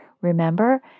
Remember